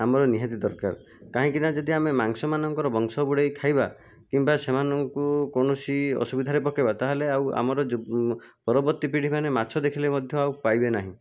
ଆମର ନିହାତି ଦରକାର କାହିଁକିନା ଯଦି ଆମେ ମାଛମାନଙ୍କର ବଂଶ ବୁଡ଼େଇ ଖାଇବା କିମ୍ବା ସେମାନଙ୍କୁ କୌଣସି ଅସୁବିଧାରେ ପକେଇବା ତାହେଲେ ଆଉ ଆମର ପରବର୍ତ୍ତୀ ପିଢ଼ୀମାନେ ମାଛ ଦେଖିଲେ ମଧ୍ୟ ଆଉ ପାଇବେ ନାହିଁ